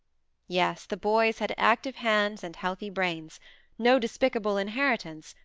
yes. the boys had active hands and healthy brains no despicable inheritance,